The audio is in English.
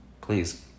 Please